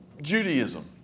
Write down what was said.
Judaism